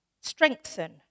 strengthen